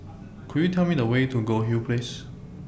Could YOU Tell Me The Way to Goldhill Place